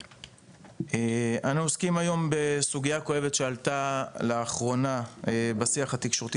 אנחנו עוסקים היום בסוגיה כואבת שעלתה לאחרונה בשיח התקשורתי